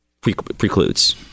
precludes